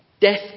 Death